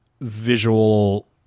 visual